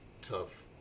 tough